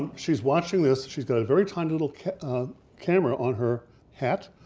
she's watching this, she's got a very tiny little camera on her hat.